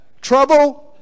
trouble